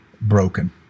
broken